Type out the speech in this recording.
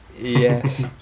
Yes